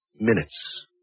minutes